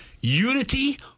unity